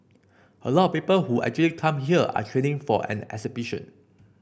a lot of people who actually come here are training for an expedition